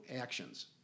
actions